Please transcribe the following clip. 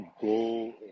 go